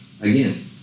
again